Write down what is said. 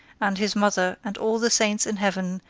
and his mother, and all the saints in heaven,